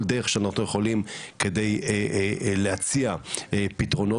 כל דרך שאנחנו יכולים כדי להציע פתרונות,